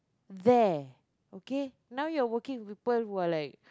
there okay now you are working with people who are like